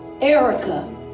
Erica